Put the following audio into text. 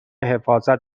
حفاظت